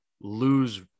lose